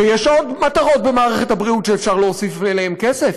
ויש עוד מטרות במערכת הבריאות שאפשר להוסיף להן כסף.